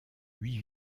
huit